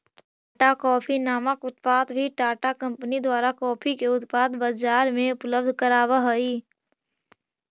Tata coffee नामक उत्पाद भी टाटा कंपनी द्वारा कॉफी के उत्पाद बजार में उपलब्ध कराब हई